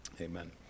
Amen